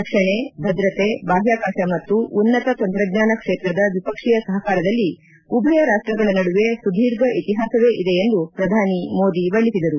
ರಕ್ಷಣೆ ಭದ್ರತೆ ಬಾಹ್ಯಾಕಾಶ ಮತ್ತು ಉನ್ನತ ತಂತ್ರಜ್ಞಾನ ಕ್ಷೇತ್ರದ ದ್ವಿಪಕ್ಷೀಯ ಸಹಕಾರದಲ್ಲಿ ಉಭಯ ರಾಷ್ಷಗಳ ನಡುವೆ ಸುಧೀರ್ಘ ಇತಿಹಾಸವೇ ಇದೆ ಎಂದು ಪ್ರಧಾನಿ ಮೋದಿ ಬಣ್ಣಿಸಿದರು